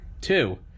Two